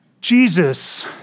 Jesus